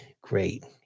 great